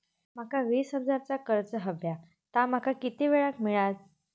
माका वीस हजार चा कर्ज हव्या ता माका किती वेळा क मिळात?